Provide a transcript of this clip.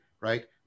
right